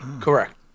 Correct